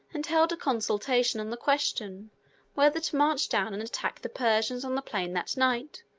and held a consultation on the question whether to march down and attack the persians on the plain that night,